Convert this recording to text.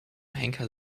henker